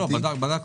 בדקנו.